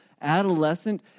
adolescent